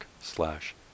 slash